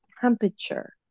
temperature